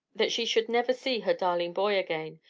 that she should never see her darling boy again!